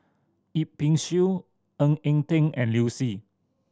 Yip Pin Xiu Ng Eng Teng and Liu Si